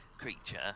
creature